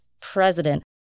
president